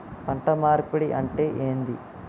పంట మార్పిడి అంటే ఏంది?